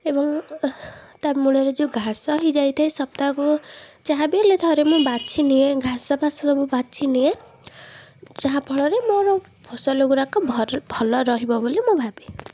ଏବଂ ତା' ମୂଳରେ ଯେଉଁ ଘାସ ହେଇଯାଇଥାଏ ସପ୍ତାହକୁ ଯାହାବି ହେଲେ ଥରେ ମୁଁ ବାଛିନିଏ ଘାସ ଫାସ ସବୁ ବାଛିନିଏ ଯାହାଫଳରେ ମୋର ଫସଲ ଗୁରାକ ଭର ଭଲ ରହିବ ବୋଲି ମୁଁ ଭାବେ